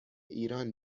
ایران